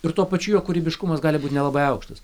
ir tuo pačiu jo kūrybiškumas gali būt nelabai aukštas